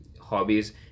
hobbies